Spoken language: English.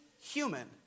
human